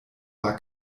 war